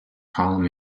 column